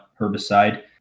herbicide